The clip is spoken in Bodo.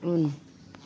उन